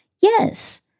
yes